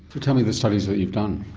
but tell me the studies that you've done.